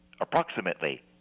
Approximately